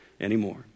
anymore